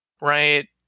right